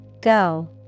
Go